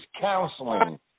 counseling